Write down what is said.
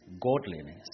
godliness